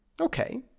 Okay